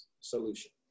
solution